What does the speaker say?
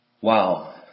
Wow